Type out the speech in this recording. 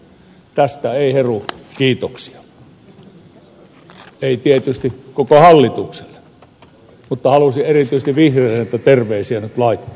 tästä ei heru kiitoksia ei tietysti myöskään koko hallitukselle mutta halusin erityisesti vihreille näitä terveisiä nyt laittaa